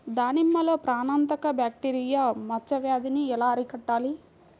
దానిమ్మలో ప్రాణాంతక బ్యాక్టీరియా మచ్చ వ్యాధినీ ఎలా అరికట్టాలి?